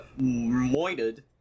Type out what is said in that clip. moited